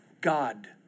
God